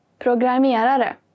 Programmerare